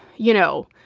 you know,